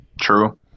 True